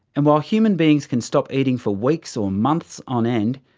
and while human beings can stop eating for weeks or months on end,